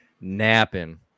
napping